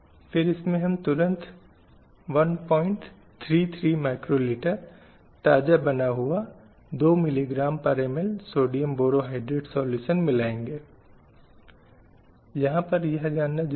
अब यह वह समय था जहां विभिन्न वर्षों में धीरे धीरे भारतीय समाज में सती प्रथा बाल विवाह प्रथा कन्या भ्रूण हत्या दहेज बहुविवाह देवदासी प्रथा आदि ने अपना रास्ता बनाना शुरू कर दिया